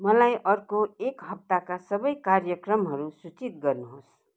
मलाई अर्को एक हप्ताका सबै कार्यक्रमहरू सूचित गर्नुहोस्